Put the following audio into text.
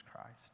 Christ